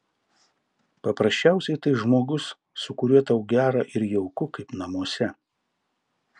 paprasčiausiai tai žmogus su kuriuo tau gera ir jauku kaip namuose